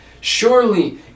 Surely